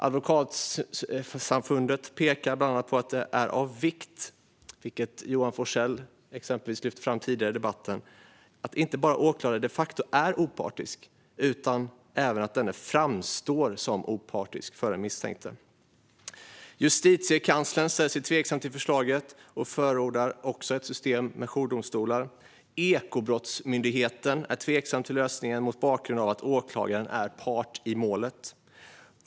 Advokatsamfundet pekar bland annat på att det är av vikt - vilket exempelvis Johan Forssell lyfte fram tidigare i debatten - att åklagaren de facto inte bara är opartisk utan även att denne framstår som opartisk för den misstänkte. Justitiekanslern ställer sig tveksam till förslaget och förordar också ett system med jourdomstolar. Ekobrottsmyndigheten är tveksam till lösningen mot bakgrund av att åklagaren är part i målet.